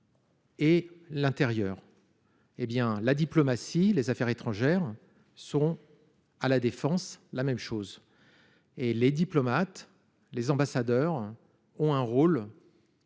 Et l'intérieur. Eh bien la diplomatie. Les affaires étrangères sont à la Défense. La même chose. Et les diplomates. Les ambassadeurs ont un rôle. Éminent.